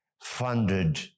funded